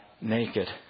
naked